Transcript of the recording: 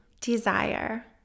desire